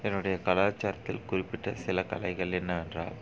என்னுடைய கலாச்சாரத்தில் குறிப்பிட்ட சில கலைகள் என்னவென்றால்